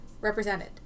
represented